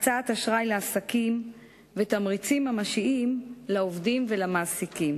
הקצאת אשראי לעסקים ותמריצים ממשיים לעובדים ולמעסיקים.